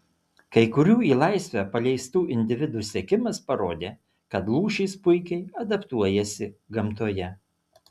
kai kurių į laisvę paleistų individų sekimas parodė kad lūšys puikiai adaptuojasi gamtoje